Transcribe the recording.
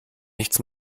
nichts